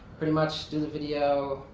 pretty much did the video.